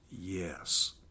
yes